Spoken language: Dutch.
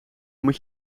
moet